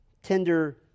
Tender